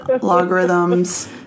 logarithms